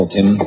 Tim